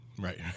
Right